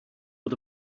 bod